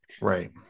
Right